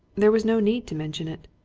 there was no need to mention it.